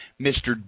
Mr